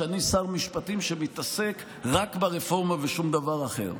שאני שר משפטים שמתעסק רק ברפורמה ולא בשום דבר אחר.